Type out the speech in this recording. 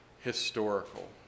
historical